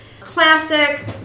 classic